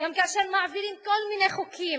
גם כאשר מעבירים כל מיני חוקים,